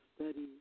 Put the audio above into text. study